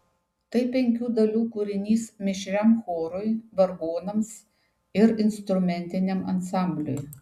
tai penkių dalių kūrinys mišriam chorui vargonams ir instrumentiniam ansambliui